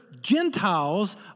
Gentiles